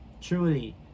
truly